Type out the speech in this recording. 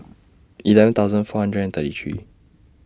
eleven thousand four hundred and thirty three